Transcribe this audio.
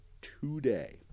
today